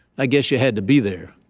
i guess you had to be there.